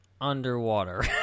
underwater